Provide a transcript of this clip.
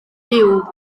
huw